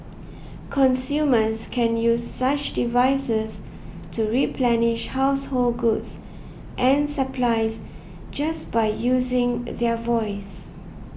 consumers can use such devices to replenish household goods and supplies just by using their voice